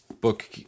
book